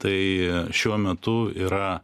tai šiuo metu yra